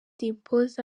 dimpoz